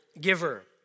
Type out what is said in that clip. giver